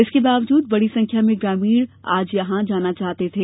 इसके बावजूद बड़ी संख्या में ग्रामीण आज यहां जाना चाहते थे